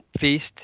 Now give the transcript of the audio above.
feast